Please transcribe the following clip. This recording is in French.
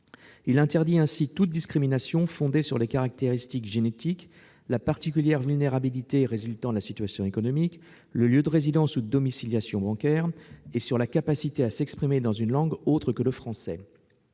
à interdire toute discrimination fondée sur les caractéristiques génétiques, la particulière vulnérabilité résultant de la situation économique, le lieu de résidence ou de domiciliation bancaire, et sur la capacité à s'exprimer dans une langue autre que le français.